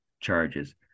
charges